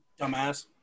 dumbass